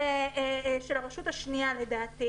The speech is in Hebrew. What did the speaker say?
זה אצל הרשות השנייה, לדעתי